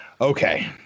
Okay